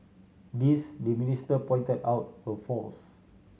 these the minister pointed out were false